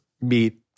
meet